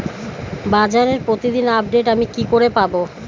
বাজারের প্রতিদিন আপডেট আমি কি করে পাবো?